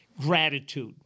Gratitude